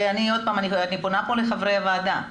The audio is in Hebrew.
אני פונה כאן לחברי הוועדה.